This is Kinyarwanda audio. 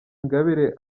ingabire